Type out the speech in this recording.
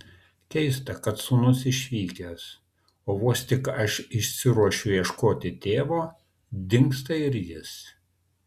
keista kad sūnus išvykęs o vos tik aš išsiruošiu ieškoti tėvo dingsta ir jis